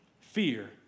fear